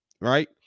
Right